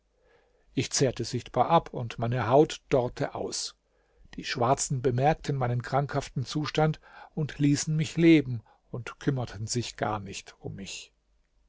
ich zehrte sichtbar ab und meine haut dorrte aus die schwarzen bemerkten meinen krankhaften zustand und ließen mich leben und kümmerten sich gar nicht um mich